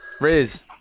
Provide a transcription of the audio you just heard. Riz